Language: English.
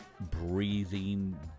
breathing